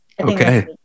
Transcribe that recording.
Okay